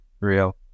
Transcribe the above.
real